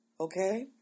Okay